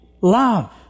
love